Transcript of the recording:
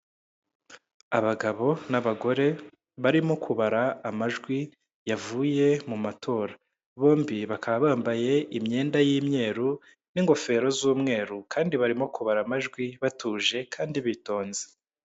Abagabo n'abagore barimo kubara amajwi yavuye mu matora, bombi bakaba bambaye imyenda y'imyeru n'ingofero z'umweru kandi barimo kubara amajwi batuje kandi bitonze.